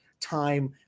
time